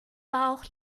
bauch